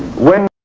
when